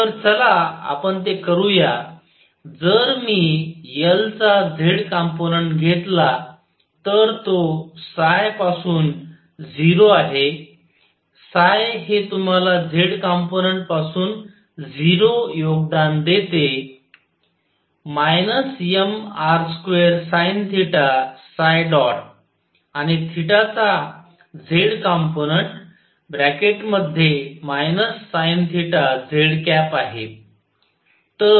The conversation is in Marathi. तर चला आपण ते करूया जर मी L चा z कंपोनंट घेतला तर तो पासून 0 आहे हे तुम्हाला z कंपोनंट पासून 0 योगदान देते mr2sinθ आणि चा z कंपोनंट आहे